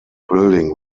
building